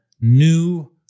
new